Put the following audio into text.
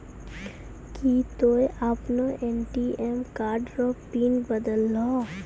की तोय आपनो ATM card रो पिन बदलहो